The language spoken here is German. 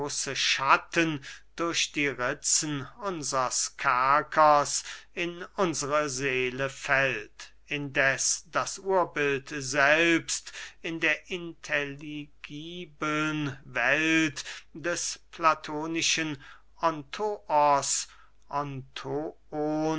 schatten durch die ritzen unsers kerkers in unsre seele fällt indeß das urbild selbst in der intelligibeln welt der platonischen ontoos